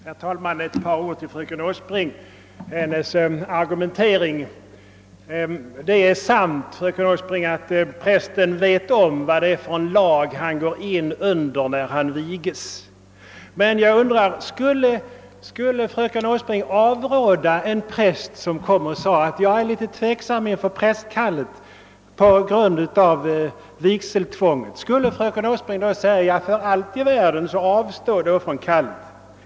Herr talman! Ett par ord om fröken Åsbrinks argumentering! Det är sant att prästen vet vilken lag han går in under när han viges, men skulle fröken Åsbrink avråda en präst som är tveksam inför prästkallet på grund av vigseltvånget? Skulle fröken Åsbrink säga att han borde avstå från kallet?